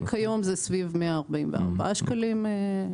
כיום זה כ-144 שקלים.